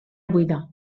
buida